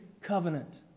covenant